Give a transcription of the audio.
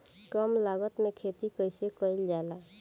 कम लागत में खेती कइसे कइल जाला?